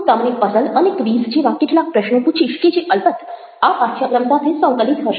હું તમને પઝલ અને ક્વિઝ જેવા કેટલાક પ્રશ્નો પૂછીશ કે જે અલબત્ત આ પાઠ્યક્રમ સાથે સંકલિત હશે